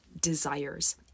desires